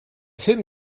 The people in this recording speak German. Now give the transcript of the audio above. film